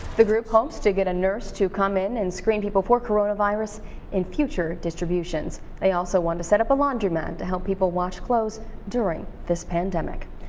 the group hopes to get a nurse to come in and screen people for coronavirus in future distributions. they also want to set up a laundromat to help people wash clothes during the pandemic.